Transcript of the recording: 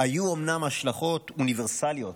היו אומנם השלכות אוניברסליות,